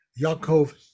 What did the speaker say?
yaakov